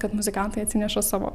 kad muzikantai atsineša savo